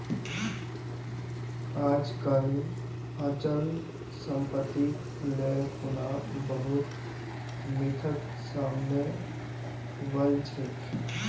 आजकल अचल सम्पत्तिक ले खुना बहुत मिथक सामने वल छेक